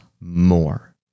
more